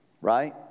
right